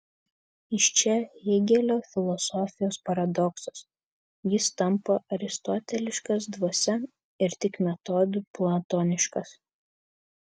iš čia hėgelio filosofijos paradoksas jis tampa aristoteliškas dvasia ir tik metodu platoniškas